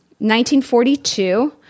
1942